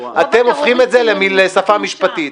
ואתם הופכים את זה לשפה משפטית.